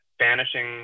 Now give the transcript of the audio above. vanishing